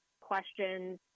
questions